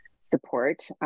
support